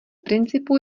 principu